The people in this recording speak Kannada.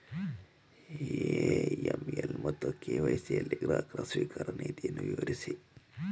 ಎ.ಎಂ.ಎಲ್ ಮತ್ತು ಕೆ.ವೈ.ಸಿ ಯಲ್ಲಿ ಗ್ರಾಹಕ ಸ್ವೀಕಾರ ನೀತಿಯನ್ನು ವಿವರಿಸಿ?